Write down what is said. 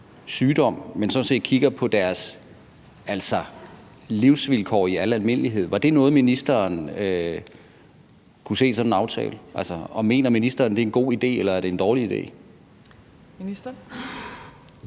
sygdom, men sådan set kigger på deres livsvilkår i al almindelighed, var det en aftale, ministeren kunne se for sig, og mener ministeren, det er en god idé, eller er det en dårlig idé?